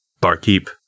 barkeep